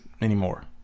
anymore